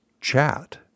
chat